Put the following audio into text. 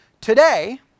Today